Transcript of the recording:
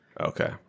Okay